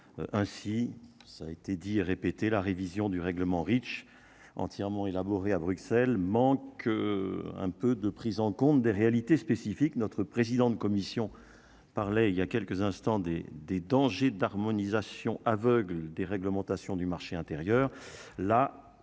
ainsi, ça a été dit et répété, la révision du règlement Reach entièrement élaboré à Bruxelles manque un peu de prise en compte des réalités spécifiques, notre président de Commission parlait il y a quelques instants des des dangers d'harmonisation aveugle, déréglementation du marché intérieur